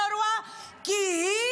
ודיברו על הצורך לחסל את אונר"א כי היא